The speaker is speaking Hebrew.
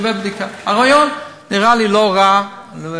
הרעיון נראה לי לא רע.